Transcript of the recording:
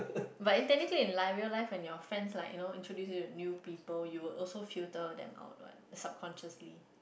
but in technically in life real life when your friends like you know introduce you to new people you would also filter them out what subconsciously